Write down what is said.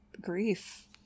grief